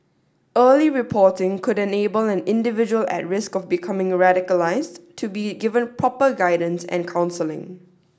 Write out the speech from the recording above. early reporting could enable an individual at risk of becoming radicalised to be given proper guidance and counselling